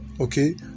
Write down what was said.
okay